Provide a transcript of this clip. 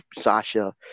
Sasha